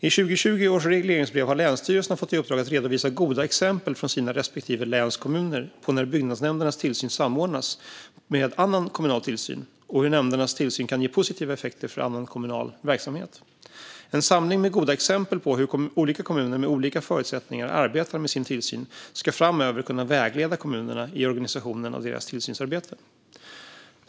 I 2020 års regleringsbrev har länsstyrelserna fått i uppdrag att redovisa goda exempel från sina respektive läns kommuner på när byggnadsnämndernas tillsyn samordnats med annan kommunal tillsyn och på hur nämndernas tillsyn kan ge positiva effekter för annan kommunal verksamhet. En samling med goda exempel på hur olika kommuner med olika förutsättningar arbetar med sin tillsyn ska framöver kunna vägleda kommunerna i organisationen av deras tillsynsarbete.